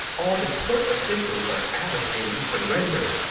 all the court officials are advocating surrender.